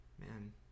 man